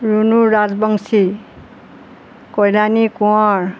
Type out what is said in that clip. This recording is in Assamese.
ৰুণু ৰাজবংশী কল্যানী কোঁৱৰ